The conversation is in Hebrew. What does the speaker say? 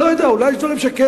לא יודע, אולי יש דברים שכן.